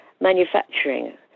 manufacturing